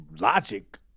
logic